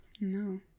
No